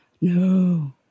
no